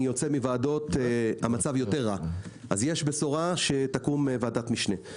יש בשורה שתקום ועדת משנה.